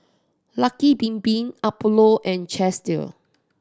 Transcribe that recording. Lucky Bin Bin Apollo and Chesdale